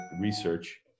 research